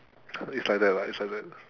it's like that lah it's like that